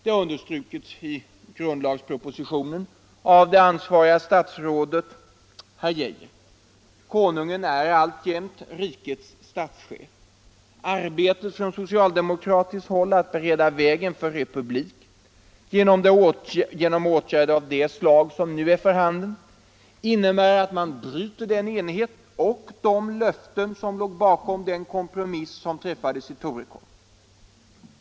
Det har understrukits i grundlagspropositionen av det ansvariga statsrådet, herr Geijer. Konungen är alltjämt rikets statschef. Ar — Granskning av betet från socialdemokratiskt håll att eventuellt bereda vägen för republik = statsrådens genom åtgärder av det slag som nu är för handen innebär att man bryter = tjänsteutövning den enighet och de löften som låg bakom den kompromiss som träffades — m.m. i Torekov.